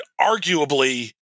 arguably